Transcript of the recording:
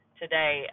today